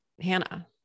Hannah